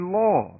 law